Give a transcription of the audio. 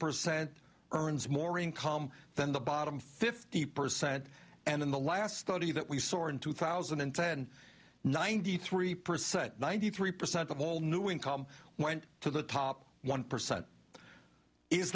percent earns more income than the bottom fifty percent and in the last study that we saw in two thousand and ten ninety three percent ninety three percent of all new income went to the top one